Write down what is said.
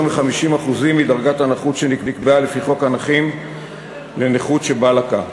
מ-50% מדרגת הנכות שנקבעה לפי חוק הנכים לנכות שבה לקה.